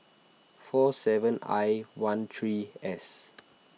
four seven I one three S